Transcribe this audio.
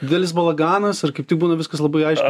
didelis balaganas ar kaip tik būna viskas labai aišku